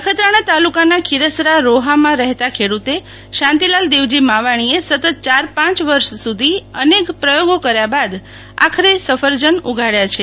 નખત્રાણા તાલુકાના ખીરસરા રોહામાં રહેતા ખેડૂત શાંતિલાલ દેવજી માવાણીએ સતત ચાર પાંચ વર્ષ સુધી અનેક પ્રયોગો કર્યા બાદ આખરે સફરજન ઉગાડ્યા છે